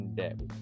debt